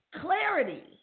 Clarity